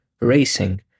racing